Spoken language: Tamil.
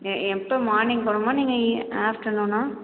எப்போ மார்னிங் போகணுமா நீங்கள் ஈ ஆஃப்டர்நூனா